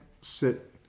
sit